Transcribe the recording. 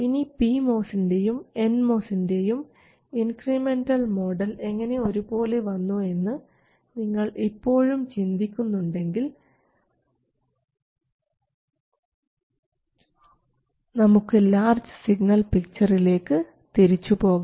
ഇനി പി മോസിൻറെയും എൻ മോസിൻറെയും ഇൻക്രിമെൻറൽ മോഡൽ എങ്ങനെ ഒരു പോലെ വന്നു എന്ന് നിങ്ങൾ ഇപ്പോഴും ചിന്തിക്കുന്നുണ്ടെങ്കിൽ നമുക്ക് ലാർജ് സിഗ്നൽ പിക്ചറിലേക്ക് തിരിച്ചു പോകാം